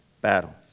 battle